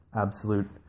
absolute